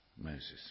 Moses